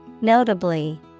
Notably